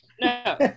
No